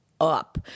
up